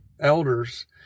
elders